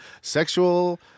sexual